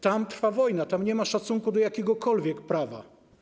Tam trwa wojna, tam nie ma szacunku do jakiegokolwiek prawa.